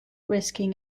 risking